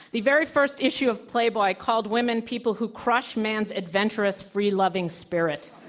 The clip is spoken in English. the very first issue of playboy called women people who crush man's adventurous free loving spirit.